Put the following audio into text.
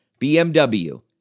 BMW